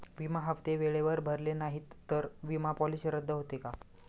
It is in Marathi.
विमा हप्ते वेळेवर भरले नाहीत, तर विमा पॉलिसी रद्द होते का?